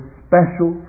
special